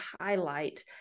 highlight